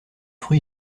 fruit